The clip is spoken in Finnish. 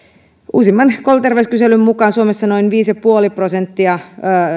uusimman kouluterveyskyselyn mukaan suomessa noin viisi pilkku viisi prosenttia